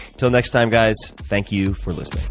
until next time guys, thank you for listening